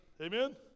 Amen